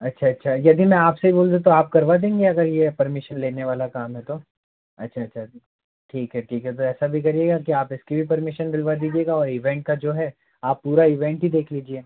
अच्छा अच्छा यदि मैं आप से ही बोल दूँ तो आप करवा देंगे अगर ये पर्मिशन लेने वाला काम है तो अच्छा अच्छा ठीक है ठीक है तो ऐसा भी करिएगा कि आप इसकी भी पर्मिशन दिलवा दीजिएगा और इवेंट का जो है आप पूरा इवेंट ही देख लीजिए